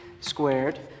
squared